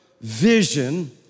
vision